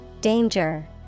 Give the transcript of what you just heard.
Danger